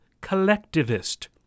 collectivist